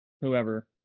whoever